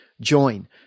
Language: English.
join